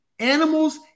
Animals